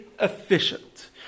efficient